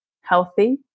healthy